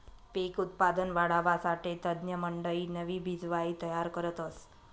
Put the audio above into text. पिक उत्पादन वाढावासाठे तज्ञमंडयी नवी बिजवाई तयार करतस